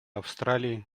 австралии